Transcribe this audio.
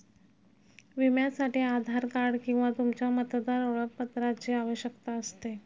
विम्यासाठी आधार कार्ड किंवा तुमच्या मतदार ओळखपत्राची आवश्यकता असते